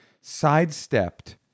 sidestepped